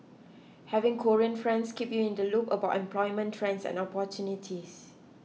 having Korean friends keep you in the loop about employment trends and opportunities